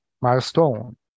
milestone